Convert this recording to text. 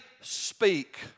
speak